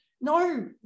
no